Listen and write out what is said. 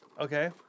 Okay